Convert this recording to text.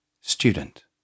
Student